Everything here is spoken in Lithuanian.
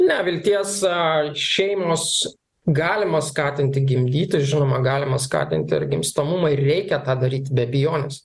ne vilties šeimos galima skatinti gimdyti žinoma galima skatinti ir gimstamumą ir reikia tą daryti be abejonės